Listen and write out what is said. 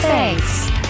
Thanks